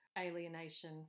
alienation